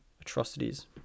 atrocities